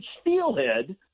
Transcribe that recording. steelhead